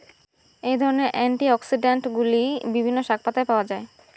এই ধরনের অ্যান্টিঅক্সিড্যান্টগুলি বিভিন্ন শাকপাতায় পাওয়া য়ায়